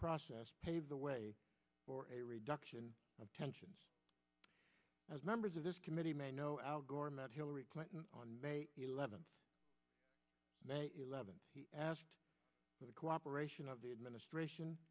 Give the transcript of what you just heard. process pave the way for a reduction of tensions as members of this committee may know al gore met hillary clinton on eleven eleven asked for the cooperation of the administration